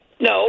No